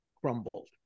crumbled